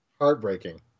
heartbreaking